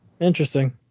interesting